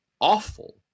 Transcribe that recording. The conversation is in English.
awful